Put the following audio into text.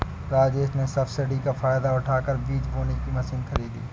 राजेश ने सब्सिडी का फायदा उठाकर बीज बोने की मशीन खरीदी